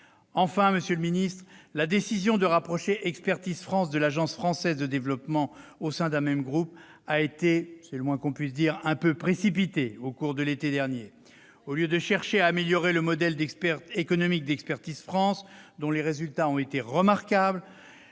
Enfin, monsieur le ministre, la décision de rapprocher Expertise France de l'Agence française de développement au sein d'un même groupe a été, c'est le moins qu'on puisse dire, un peu précipitée au cours de l'été dernier. C'est vrai ! Au lieu de chercher à améliorer le modèle économique d'Expertise France, dont les résultats ont été remarquables,